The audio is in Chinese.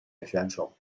选手